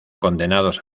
condenados